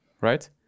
right